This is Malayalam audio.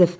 എഫ്